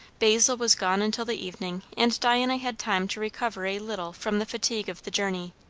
basil was gone until the evening, and diana had time to recover a little from the fatigue of the journey,